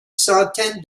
centaine